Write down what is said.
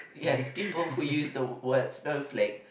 yes people who use the word snowflake